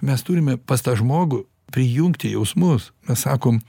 mes turime pas tą žmogų prijungti jausmus mes sakom